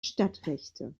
stadtrechte